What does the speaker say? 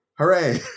Hooray